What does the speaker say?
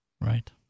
Right